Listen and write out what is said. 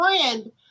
friend